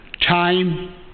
Time